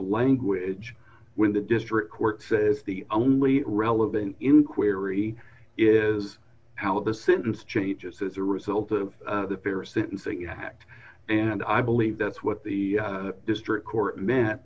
language when the district court says the only relevant inquiry is d how the sentence changes as a result of the fair sentencing act and i believe that's what the district court me